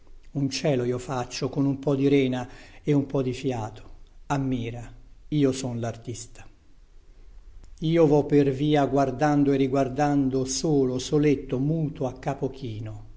un cielo io faccio con un po di rena e un po di fiato ammira io son lartista io vo per via guardando e riguardando solo soletto muto a capo chino